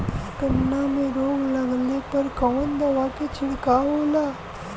गन्ना में रोग लगले पर कवन दवा के छिड़काव होला?